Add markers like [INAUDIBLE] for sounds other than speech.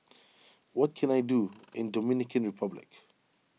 [NOISE] what can I do in Dominican Republic